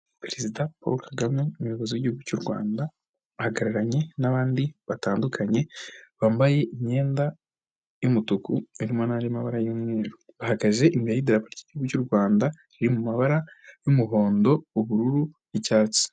Perezida Paul Kagame umuyobozi w'igihugu cy'u Rwanda, ahagararanye n'abandi batandukanye bambaye imyenda y'umutuku irimo n'andi mabara y'umweru, bahagaze imbere y'idarapoda ry'igihugu cy'u Rwanda riri mu mabara y'umuhondo, ubururu n'icyatsi.